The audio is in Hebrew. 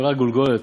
ראה גולגולת,